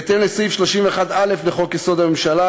בהתאם לסעיף 31(א) לחוק-יסוד: הממשלה,